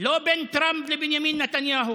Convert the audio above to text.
לא בין טראמפ לבנימין נתניהו.